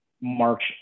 March